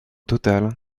total